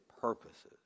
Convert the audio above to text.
purposes